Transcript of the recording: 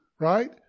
right